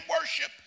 worship